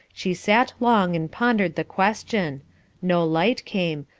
she sat long and pondered the question no light came,